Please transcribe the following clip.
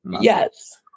yes